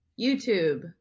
YouTube